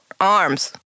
arms